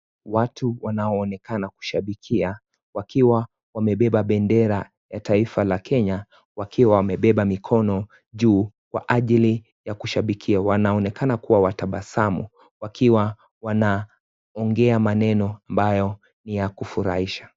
Watu wanaoonekana kushabikia, wakiwa wamebeba bendera ya taifa la Kenya. Wakiwa wamebeba mikono juu kwa ajili ya kushabikia. Wanaonekana kuwa watabasamu wakiwa wanaongea maneno ambayo ni ya kufurahisha.